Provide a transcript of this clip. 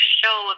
show